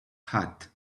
hat